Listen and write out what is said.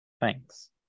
Thanks